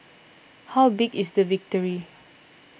how big is the victory